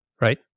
right